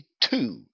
two